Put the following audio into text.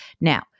Now